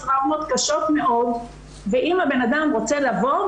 טראומות קשות מאוד ואם הבן אדם רוצה לבוא,